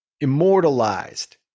immortalized